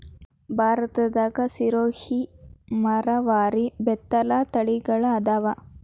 ಭಾರತದಾಗ ಸಿರೋಹಿ, ಮರವಾರಿ, ಬೇತಲ ತಳಿಗಳ ಅದಾವ